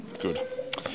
Good